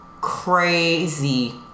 crazy